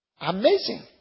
Amazing